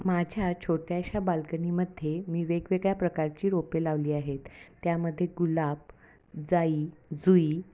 माझ्या छोट्याशा बाल्कनीमध्ये मी वेगवेगळ्या प्रकारची रोपे लावली आहेत त्यामध्ये गुलाब जाई जुई